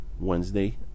Wednesday